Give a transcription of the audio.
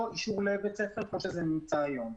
אישור לבית הספר כפי שזה קיים היום.